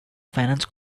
finance